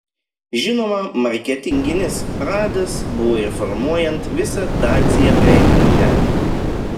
žinoma marketinginis pradas buvo ir formuojant visą dacia prekinį ženklą